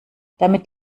damit